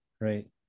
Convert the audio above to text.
right